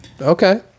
okay